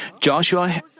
Joshua